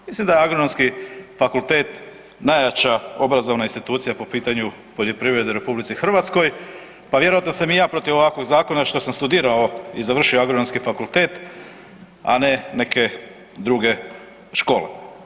Mislim da je Agronomski fakultet najjača obrazovna institucija po pitanju poljoprivrede u RH, pa vjerojatno sam i ja protiv ovakvog zakona što sam studirao i završio Agronomski fakultet, a ne neke druge škole.